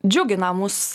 džiugina mus